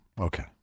Okay